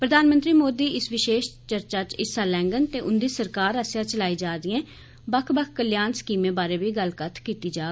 प्रधानमंत्री मोदी बी इस विशेश चर्चा च हिस्सा लैडन ते उंदी सरकार आस्सेआ चलाई जा दिये बक्ख बक्ख कल्याण स्कीमें बारै बी गल्लकत्थ कीत्ती जाग